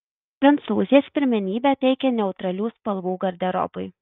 prancūzės pirmenybę teikia neutralių spalvų garderobui